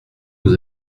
vous